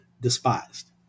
despised